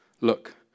Look